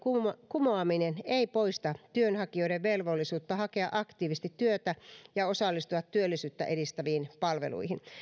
kumoaminen ei poista työnhakijoiden velvollisuutta hakea aktiivisesti työtä ja osallistua työllisyyttä edistäviin palveluihin